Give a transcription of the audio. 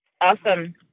awesome